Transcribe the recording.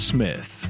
Smith